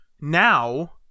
now